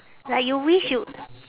like you wish you